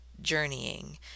journeying